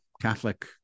Catholic